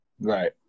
Right